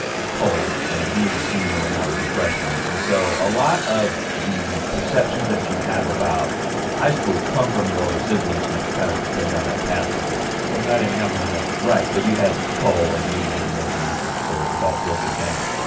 it's cole, and he was a senior when i was a freshman. and so a lot of the perceptions that you have about high school come from your older siblings who kind of been down that path before. of course i didn't have one of those. right, but you had cole, and me, and then you could, so it was all filtered down.